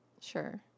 Sure